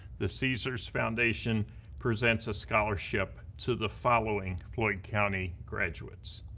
the caesars foundation presents a scholarship to the following floyd county graduates.